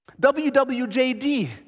WWJD